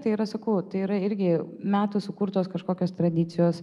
tai yra sakau tai yra irgi metų sukurtos kažkokios tradicijos